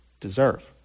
deserve